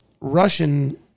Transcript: Russian